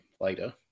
later